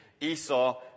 Esau